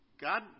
God